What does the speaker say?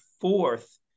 fourth